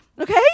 okay